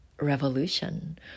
revolution